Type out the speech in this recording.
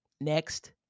next